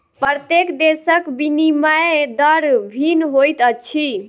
प्रत्येक देशक विनिमय दर भिन्न होइत अछि